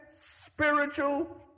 spiritual